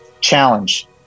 challenge